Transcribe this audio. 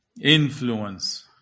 influence